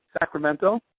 Sacramento